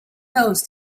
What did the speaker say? those